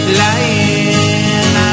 lying